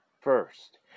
first